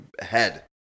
head